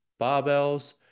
barbells